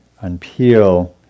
unpeel